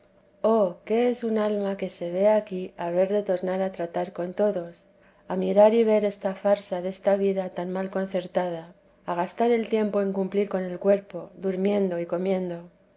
qué es un alma que se ve aquí haber de tornar a tratar con todos a mirar y ver esta farsa desta vida tan mal concertada a gastar el tiempo en cumplir con el cuerpo durmiendo y comiendo